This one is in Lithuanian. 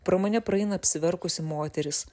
pro mane praeina apsiverkusi moteris